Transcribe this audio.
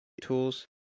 tools